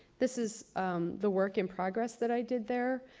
this is the work in progress that i did there.